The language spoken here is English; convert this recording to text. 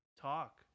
talk